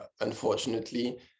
unfortunately